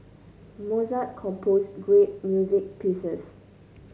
Mozart composed great music pieces